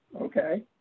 okay